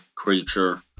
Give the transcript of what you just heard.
Creature